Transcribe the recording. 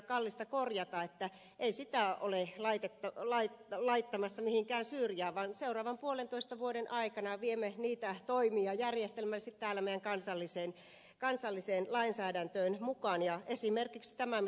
kallista korjata että ei sitä olla laittamassa mihinkään syrjään vaan seuraavan puolentoista vuoden aikana viemme niitä toimia järjestelmällisesti täällä meidän kansalliseen lainsäädäntöön mukaan ja esimerkiksi tämä mitä ed